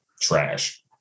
Trash